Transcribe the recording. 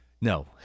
No